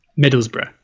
Middlesbrough